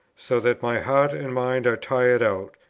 so that my heart and mind are tired out,